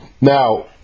Now